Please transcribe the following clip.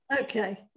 okay